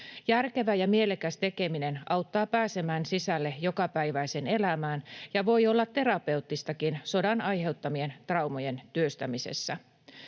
Järkevä ja mielekäs tekeminen auttaa pääsemään sisälle jokapäiväiseen elämään ja voi olla terapeuttistakin sodan aiheuttamien traumojen työstämisessä.